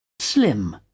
slim